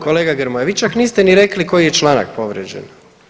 Kolega Grmoja, vi čak niste ni rekli koji je čl. povrijeđen.